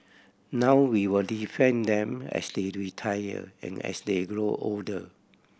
now we will defend them as they retire and as they grow older